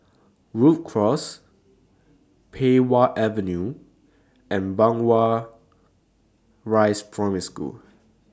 Rhu Cross Pei Wah Avenue and Blangah Rise Primary School